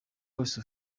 wese